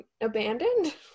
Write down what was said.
abandoned